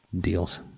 deals